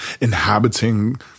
inhabiting